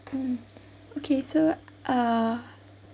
mm okay so uh